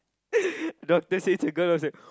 the doctor say it was a girl I was like